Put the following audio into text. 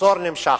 המצור נמשך.